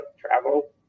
travel